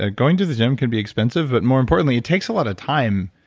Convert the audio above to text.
ah going to the gym can be expensive, but more importantly, it takes a lot of time.